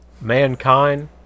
mankind